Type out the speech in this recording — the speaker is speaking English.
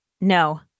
No